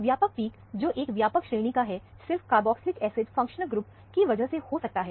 व्यापक पिक जो एक व्यापक श्रेणी का है सिर्फ कारबॉक्सलिक एसिड फंक्शनल ग्रुप की वजह से हो सकता है